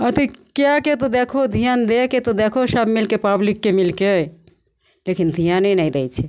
अथी कै के तऽ देखहो धिआन दैके तऽ देखहो सभ मिलिके पबलिकके मिलिके लेकिन धिआने नहि दै छै